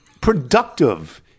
productive